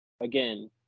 again –